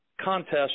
contest